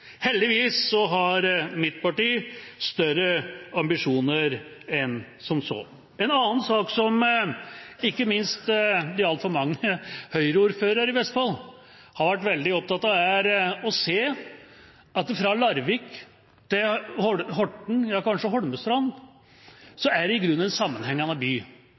Heldigvis har mitt parti større ambisjoner enn som så. En annen sak, som ikke minst de altfor mange Høyre-ordførerne i Vestfold har vært veldig opptatt av, er å se at fra Larvik til Horten, ja, kanskje Holmestrand, er det i grunnen en sammenhengende by.